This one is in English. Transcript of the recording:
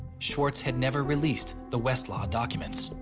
swartz had never released the westlaw documents.